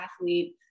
athlete